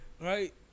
right